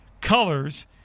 colors